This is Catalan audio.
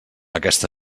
aquesta